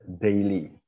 daily